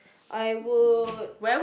I would